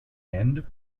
end